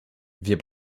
wir